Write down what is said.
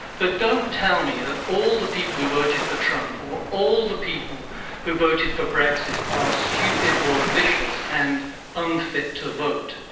but don't tell me that all the people who voted for trump or all the people who voted for brexit are stupid or vicious and unfit to vote.